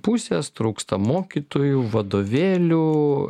pusės trūksta mokytojų vadovėlių